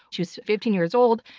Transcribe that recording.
she was fifteen years old.